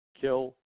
Kill